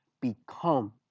become